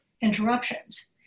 interruptions